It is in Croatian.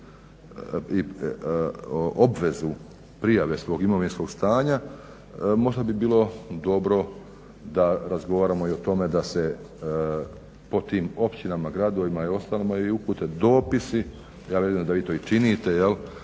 da obvezu prijave svog imovinskog stanja, možda bi bilo da razgovaramo i o tome da se pod tim općinama, gradovima i ostalima i upute dopisi, ja vjerujem da vi to i činite.